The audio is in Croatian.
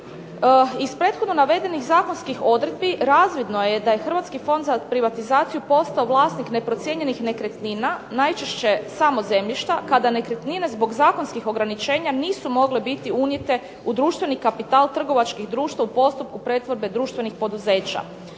Iz prethodno navedenih zakonskih odredbi razvidno je da je Hrvatski fond za privatizaciju postao vlasnik neprocijenjenih nekretnina, najčešće samo zemljišta, kada nekretnine zbog zakonskih ograničenja nisu mogle biti unijeti u društveni kapital trgovačkih društva u postupku pretvorbe društvenih poduzeća.